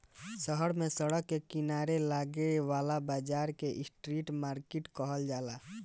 शहर में सड़क के किनारे लागे वाला बाजार के स्ट्रीट मार्किट कहल जाला